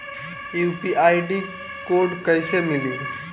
UPI code कैसे मिली?